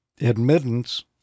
admittance